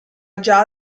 già